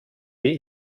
wie